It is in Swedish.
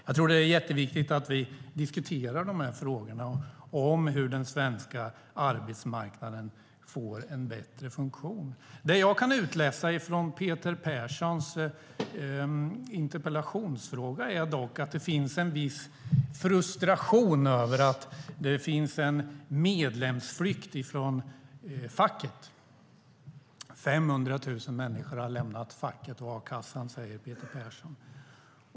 Jag tror att det är jätteviktigt att vi diskuterar de här frågorna om hur den svenska arbetsmarknaden ska få en bättre funktion. Det jag kan utläsa från Peter Perssons fråga i interpellationen är en viss frustration över att det finns en medlemsflykt från facket. 500 000 människor har lämnat facket och a-kassan, säger Peter Persson.